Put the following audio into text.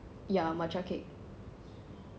ya matcha cake